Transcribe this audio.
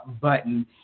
button